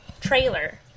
trailer